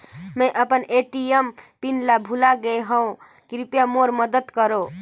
मैं अपन ATM PIN ल भुला गे हवों, कृपया मोर मदद करव